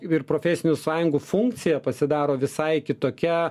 ir profesinių sąjungų funkcija pasidaro visai kitokia